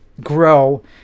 grow